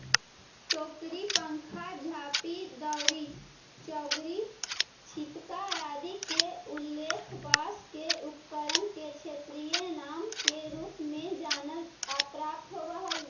टोकरी, पंखा, झांपी, दौरी, चोंगरी, छितका आदि के उल्लेख बाँँस के उपकरण के क्षेत्रीय नाम के रूप में प्राप्त होवऽ हइ